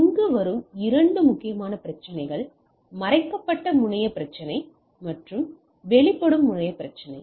இங்கு வரும் இரண்டு முக்கிய பிரச்சினைகள் மறைக்கப்பட்ட முனையப் பிரச்சினை மற்றும் வெளிப்படும் முனையப் பிரச்சினை